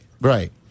right